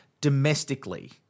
domestically